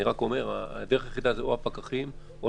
אני רק אומר שהדרך היחידה היא או הפקחים או